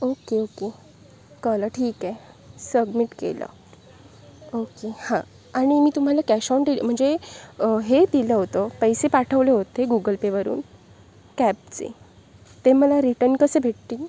okay okay कळलं ठीक आहे सब्मिट केलं ओके हां आणि मी तुम्हाला कॅश ऑन डिली म्हणजे हे दिलं होतं पैसे पाठवले होते गूगल पेवरून कॅबचे ते मला रिटन कसे भेटतील